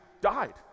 died